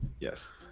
Yes